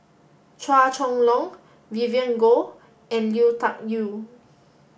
Chua Chong Long Vivien Goh and Lui Tuck Yew